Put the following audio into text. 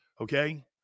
Okay